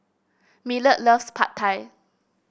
Millard loves Pad Thai